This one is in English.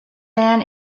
man